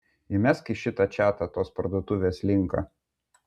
įmesk į šitą čatą tos parduotuvės linką